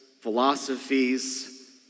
philosophies